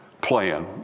plan